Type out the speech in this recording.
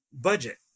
budget